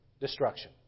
destruction